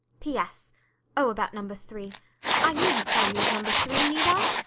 p s oh, about number three i needn't tell you of number three, need i?